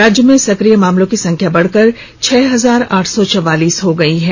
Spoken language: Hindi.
राज्य में सक्रिया मामलों की संख्या बढ़कर छह हजार आठ सौ चौवालीस हो गई है